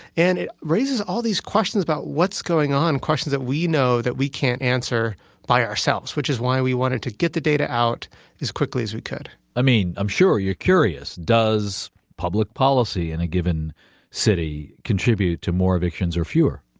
and it raises all these questions about what's going on, questions that we know that we can't answer by ourselves, which is why we wanted to get the data out as quickly as we could i'm sure you're curious, does public policy in a given city contribute to more evictions or fewer?